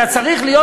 אתה צריך להיות,